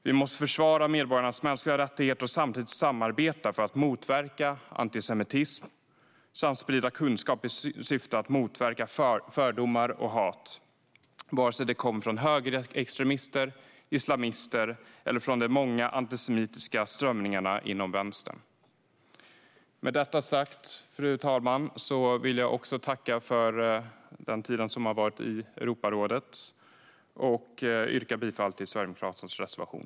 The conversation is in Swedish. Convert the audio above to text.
Vi måste försvara medborgarnas mänskliga rättigheter och samtidigt samarbeta för att motverka antisemitism och sprida kunskap i syfte att motverka fördomar och hat, vare sig det kommer från högerextremister, islamister eller de många antisemitiska strömningarna inom vänstern. Fru talman! Jag tackar för tiden i Europarådet och yrkar bifall till Sverigedemokraternas reservation.